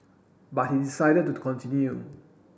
but he decided to continue